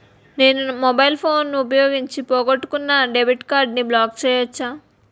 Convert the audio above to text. నేను mobile phone ఉపయోగించి పోగొట్టుకున్న డెబిట్ కార్డ్ని బ్లాక్ చేయవచ్చా?